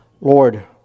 Lord